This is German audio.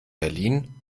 berlin